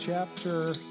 chapter